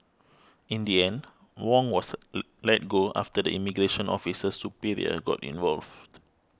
in the end Wong was let go after the immigration officer's superior got involved